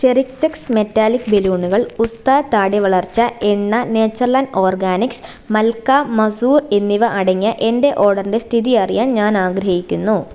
ചെറിക്സ് X metallic ബലൂണുകൾ ഉസ്ത്രാ താടി വളർച്ച എണ്ണ Nature Land Organics malka masoor എന്നിവ അടങ്ങിയ എന്റെ ഓർഡറിന്റെ സ്ഥിതി അറിയാൻ ഞാൻ ആഗ്രഹിക്കുന്നു